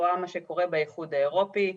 רואה מה שקורה באיחוד האירופי,